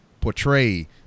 portray